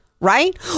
Right